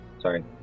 Sorry